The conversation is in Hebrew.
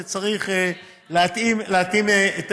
וצריך להתאים את הסביבה.